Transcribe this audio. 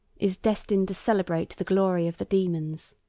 is destined to celebrate the glory of the daemons.